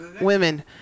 women